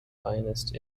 finest